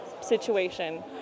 situation